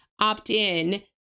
opt-in